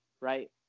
Right